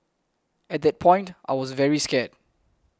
at that point I was very scared